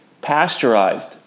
pasteurized